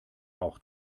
auch